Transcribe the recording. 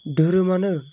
धोरोमानो